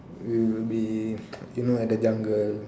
we will be you know at the jungle